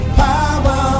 power